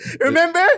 Remember